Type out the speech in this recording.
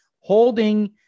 Holding